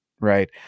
Right